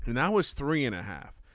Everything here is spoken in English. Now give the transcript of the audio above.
and that was three and a half.